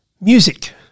Music